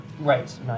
Right